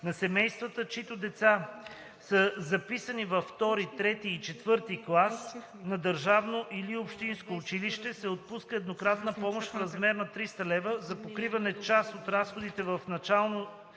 на семействата, чиито деца са записани във втори, трети и четвърти клас на държавно или общинско училище, се отпуска еднократна помощ в размер на 300 лв. за покриване част от разходите в началото